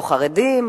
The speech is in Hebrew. לא חרדים,